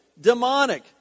demonic